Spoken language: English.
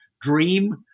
dream